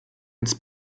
ins